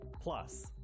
Plus